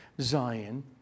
Zion